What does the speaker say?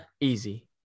easy